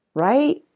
Right